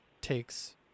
takes